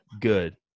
good